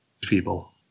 people